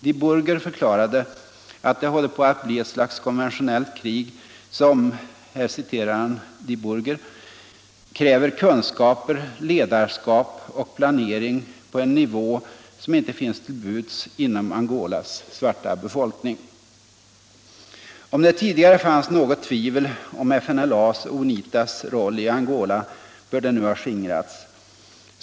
Die Burger förklarade att ”det håller på att bli ett slags konventionellt krig, som ”kräver kunskaper, ledarskap och planering på en nivå som inte finns till buds inom Angolas svarta befolkning.” Om det tidigare fanns något tvivel om FNLA:s och UNITA:s roll i Angola bör det nu ha skingrats.